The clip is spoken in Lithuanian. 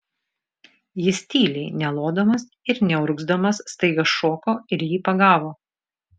jis tyliai nelodamas ir neurgzdamas staiga šoko ir jį pagavo